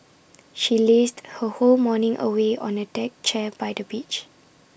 she lazed her whole morning away on A deck chair by the beach